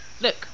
look